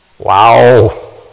Wow